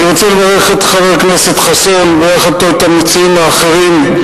אני רוצה לברך את חבר הכנסת חסון ויחד אתו את המציעים האחרים.